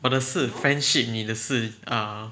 我的是 friendship 你的是 err